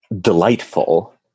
delightful